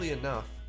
Enough